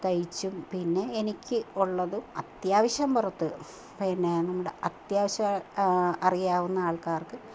തയ്ച്ചും പിന്നെ എനിക്ക് ഉള്ളതും അത്യാവശ്യം പുറത്ത് പിന്നെ നമ്മുടെ അത്യാവശ്യം അറിയാവുന്ന ആൾക്കാർക്ക്